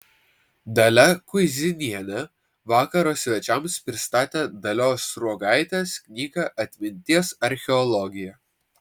dalia kuizinienė vakaro svečiams pristatė dalios sruogaitės knygą atminties archeologija